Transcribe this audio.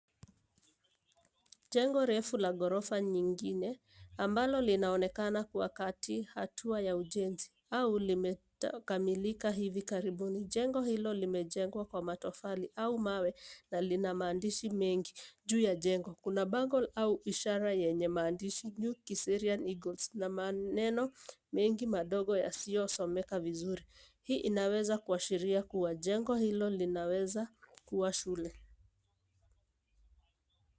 Jengo refu la gorofa nyingine, ambalo linaonekana kuwa kati hatua ya ujenzi au limekamilika hivi karibuni. Jengo hilo limejengwa kwa matofali au mawe na lina maandishi mengi. Juu ya jengo, kuna bango au ishara yenye maandishi,(cs)New Kiserian Eagles(cs)na maneno madogo yasiyosomeka vizuri. Hii inaweza kuashiria kuwa jengo hilo linaweza kuwa shule.